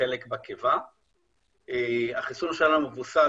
וייחשפו לווירוס?